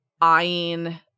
eyeing